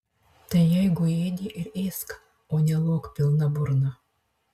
tai jeigu ėdi ir ėsk o ne lok pilna burna